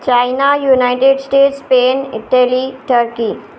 China United States Spain Italy Turkey